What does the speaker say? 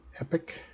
epic